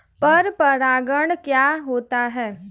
पर परागण क्या होता है?